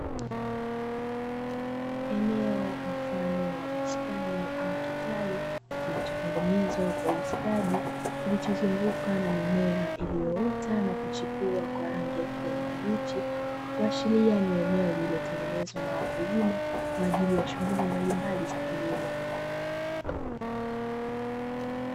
Eneo mfano wa bustani au kitalu, kilichotengenezwa kwa ustadi, kilichozungukwa na mimea iliyoota na kuchipua kwa rangi ya kijani kibichi. Kuashiria ni eneo lililotengenezwa na wakulima kwa ajili ya shughuli mbalimbali za kilimo.